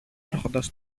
άρχοντας